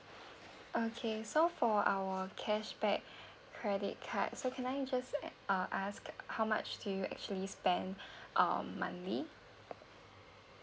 okay so for our cashback credit card so can I just uh ask how much do you actually spend um monthly